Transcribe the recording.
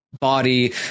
body